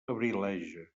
abrileja